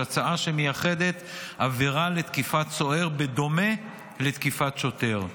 הצעה שמייחדת עבירה לתקיפת סוהר בדומה לתקיפת שוטר,